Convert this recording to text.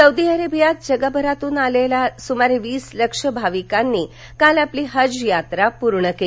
Saudi अरेबियात जगभरातून आलेल्या सुमारे वीस लक्ष भाविकांनी काल आपली हज यात्रा पूर्ण केली